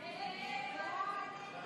הסתייגות 41 לא